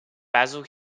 basil